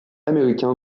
américain